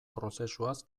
prozesuaz